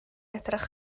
edrych